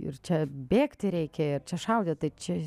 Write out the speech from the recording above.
ir čia bėgti reikia ir čia šaudyt tai čia